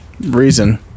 reason